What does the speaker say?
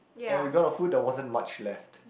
and when we got our food there wasn't much left